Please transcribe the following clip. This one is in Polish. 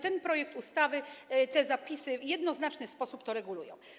Ten projekt ustawy, te zapisy w jednoznaczny sposób to regulują.